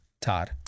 Todd